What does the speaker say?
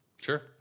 Sure